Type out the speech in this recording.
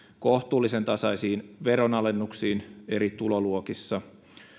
kohtuullisen tasaisiin veronalennuksiin eri tuloluokissa